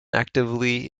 actively